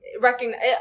recognize